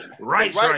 right